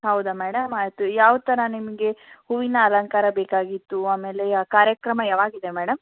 ಹೌದಾ ಮೇಡಮ್ ಆಯಿತು ಯಾವ ಥರ ನಿಮಗೆ ಹೂವಿನ ಅಲಂಕಾರ ಬೇಕಾಗಿತ್ತು ಆಮೇಲೆ ಯಾ ಕಾರ್ಯಕ್ರಮ ಯಾವಾಗ ಇದೆ ಮೇಡಮ್